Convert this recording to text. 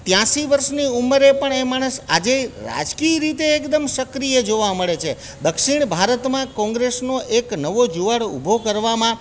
ત્યાશી વર્ષની ઉંમરે પણ એ માણસ આજેય રાજકીય રીતે એકદમ સક્રીય જોવા મળે છે દક્ષિણ ભારતમાં કોંગ્રેસનો એક નવો જુવાળ ઊભો કરવામાં